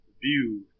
view